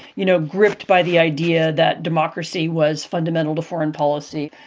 you know, gripped by the idea that democracy was fundamental to foreign policy.